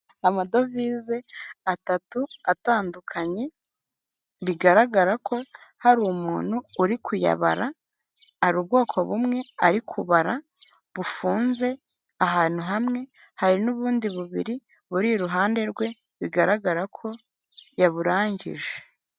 Amadovize atatu atandukanye bigaragara ko hari umuntu uri kuyabara. Hari ubwoko bumwe ari kubara bufunze ahantu hamwe, hari n'ubundi bubiri buri iruhande rwe bigaragara ko yaburangije.